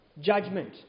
judgment